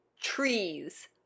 Trees